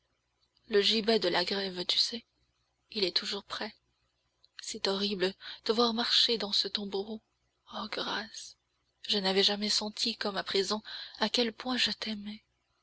le gibet de la grève tu sais il est toujours prêt c'est horrible te voir marcher dans ce tombereau oh grâce je n'avais jamais senti comme à présent à quel point je t'aimais